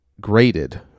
graded